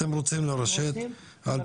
אתם רוצים לרשת על פי תכנית --- כן,